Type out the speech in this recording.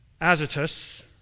Azotus